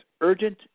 urgent